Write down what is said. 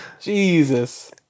Jesus